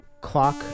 clock